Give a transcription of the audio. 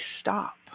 stop